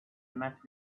met